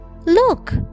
Look